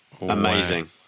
Amazing